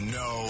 no